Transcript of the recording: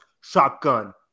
shotgun